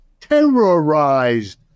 terrorized